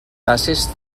bassist